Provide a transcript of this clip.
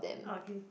okay